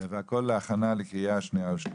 והכול להכנה לקריאה שנייה ושלישית.